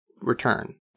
return